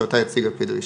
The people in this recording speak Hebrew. שאותה יציג על פי דרישה.